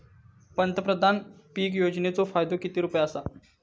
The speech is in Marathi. पंतप्रधान पीक योजनेचो फायदो किती रुपये आसा?